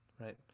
Right